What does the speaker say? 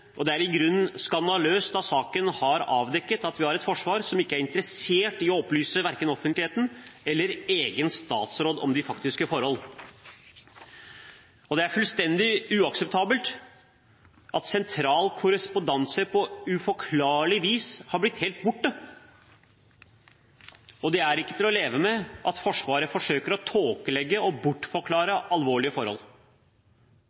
Norge. Det er i grunnen skandaløst at saken har avdekket at vi har et forsvar som ikke er interessert i å opplyse verken offentligheten eller egen statsråd om de faktiske forhold. Det er fullstendig uakseptabelt at sentral korrespondanse på uforklarlig vis har blitt helt borte. Og det er ikke til å leve med at Forsvaret forsøker å tåkelegge og bortforklare